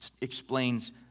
explains